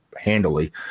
handily